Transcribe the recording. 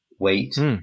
wait